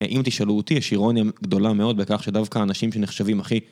אם תשאלו אותי, יש אירוניה גדולה מאוד בכך שדווקא האנשים שנחשבים הכי...